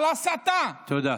על הסתה, תודה.